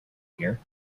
here